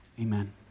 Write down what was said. amen